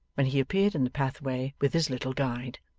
when he appeared in the pathway with his little guide.